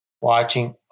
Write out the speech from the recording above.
watching